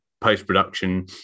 post-production